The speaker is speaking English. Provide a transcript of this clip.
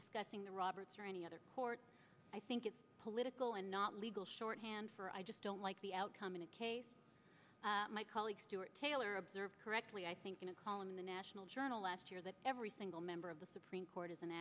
discussing the roberts or any other court i think it's political and not legal shorthand for i just don't like the outcome in a case my colleague stuart taylor observed correctly i think in a column in the national journal last year that every single member of the supreme court is an